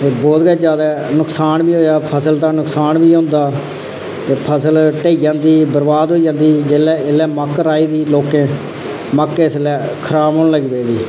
ते बहुत गै ज्यादा नुक्सान बी होएया फसल दा नुक्सान बी होंदा ते फसल ढेई जंदी बर्बाद होई जंदी एल्लै मक्क राही दी लोकें मक्क इसलै खराब होन लगी पेदी